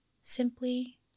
Simply